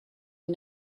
die